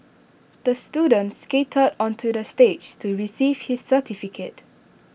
the student skated onto the stage to receive his certificate